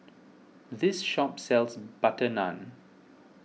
this shop sells Butter Naan